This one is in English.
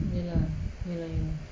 ya lah ya lah